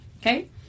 Okay